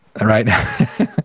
right